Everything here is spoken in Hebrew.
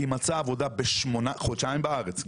חודשיים בארץ,